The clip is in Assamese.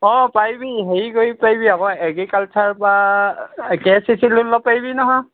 অ' পাৰিবি হেৰি কৰি পাৰিবি আকৌ এগ্ৰিকালছাৰ পৰা পাৰিবি নহয়